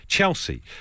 Chelsea